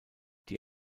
die